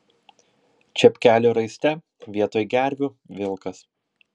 čepkelių raiste vietoj gervių vilkas